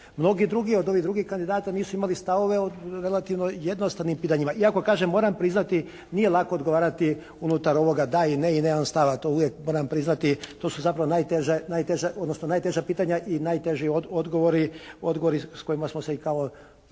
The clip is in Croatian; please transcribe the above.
Mnogi drugi od ovih drugih kandidata nisu imali stavove o relativno jednostavnim pitanjima, iako kažem moram priznati nije lako odgovarati unutar ovoga da i ne i nemam stava, to uvijek moram priznati to su zapravo najteža pitanja i najteži odgovori s kojima smo se i kao